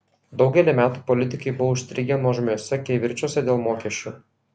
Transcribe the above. daugelį metų politikai buvo užstrigę nuožmiuose kivirčuose dėl mokesčių